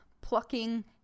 plucking